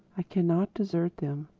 i cannot desert them.